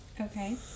Okay